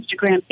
Instagram